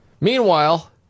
Meanwhile